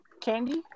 candy